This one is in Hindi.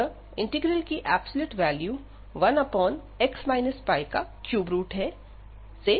अतः इंटीग्रल की एब्सलूट वैल्यू 13x π से बॉउंडेड है